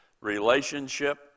relationship